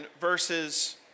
verses